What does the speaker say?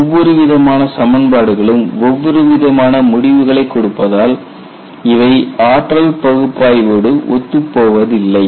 ஒவ்வொரு விதமான சமன்பாடுகளும் ஒவ்வொரு விதமான முடிவுகளை கொடுப்பதால் இவை ஆற்றல் பகுப்பாய்வோடு ஒத்துப் போவதில்லை